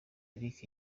eric